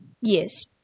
yes